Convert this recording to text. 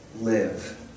live